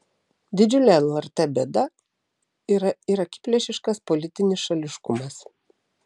didžiulė lrt bėda yra ir akiplėšiškas politinis šališkumas